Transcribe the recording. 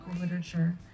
literature